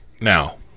Now